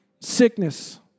sickness